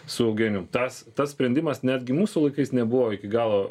su eugenijum tas tas sprendimas netgi mūsų laikais nebuvo iki galo